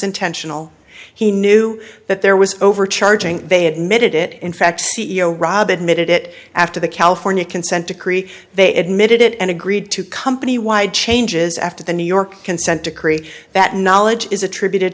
intentional he knew that there was overcharging they admitted it in fact c e o rob admitted it after the california consent decree they admitted it and agreed to company wide changes after the new york consent decree that knowledge is attributed